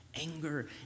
Anger